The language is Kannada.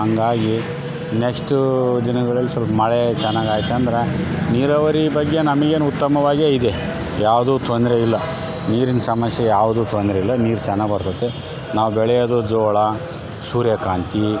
ಹಂಗಾಗಿ ನೆಕ್ಸ್ಟು ದಿನಗಳಲ್ಲಿ ಸೊಲ್ಪ ಮಳೆ ಚೆನ್ನಾಗ್ ಆಯ್ತು ಅಂದ್ರೆ ನೀರಾವರಿ ಬಗ್ಗೆ ನಮ್ಗೇನು ಉತ್ತಮವಾಗೆ ಇದೆ ಯಾವುದು ತೊಂದರೆ ಇಲ್ಲ ನೀರಿನ ಸಮಸ್ಯೆ ಯಾವುದು ತೊಂದ್ರೆ ಇಲ್ಲ ನೀರು ಚೆನ್ನಾಗ್ ಬರ್ತತೆ ನಾವು ಬೆಳಿಯೋದು ಜೋಳ ಸೂರ್ಯಕಾಂತಿ